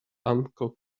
uncle